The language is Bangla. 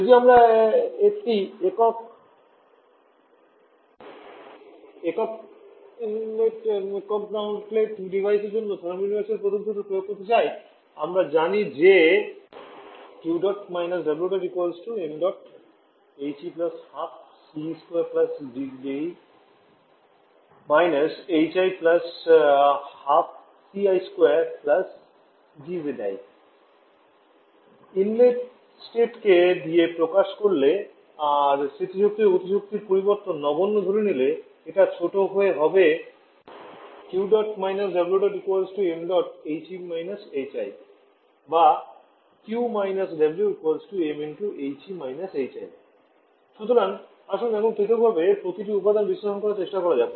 যদি আমরা একটি একক ইনলেট একক আউটলেট ডিভাইসের জন্য থার্মোডাইনামিক্সের প্রথম সুত্র প্রয়োগ করতে চাই আমরা জানি যে ইনলেট ষ্টেট কে দিয়ে প্রকাশ করলে আর স্থিতি শক্তি ও গতি শক্তির পরিবর্তন নগণ্য ধরে নিলে এটা ছোট হয়ে হবেঃ বা সুতরাং আসুন এখন পৃথকভাবে প্রতিটি উপাদান বিশ্লেষণ করার চেষ্টা করা যাক